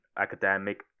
academic